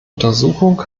untersuchung